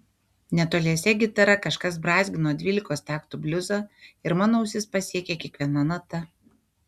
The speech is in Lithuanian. netoliese gitara kažkas brązgino dvylikos taktų bliuzą ir mano ausis pasiekė kiekviena nata